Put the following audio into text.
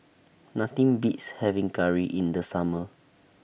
Nothing Beats having Curry in The Summer